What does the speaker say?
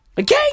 Okay